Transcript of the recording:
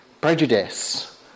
prejudice